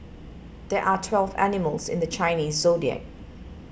there are twelve animals in the Chinese zodiac